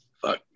fuck